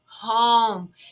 home